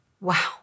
Wow